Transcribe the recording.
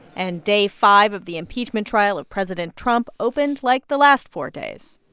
and day five of the impeachment trial of president trump opened like the last four days